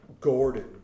Gordon